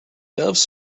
doves